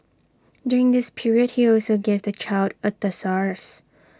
during this period he also gave the child A thesaurus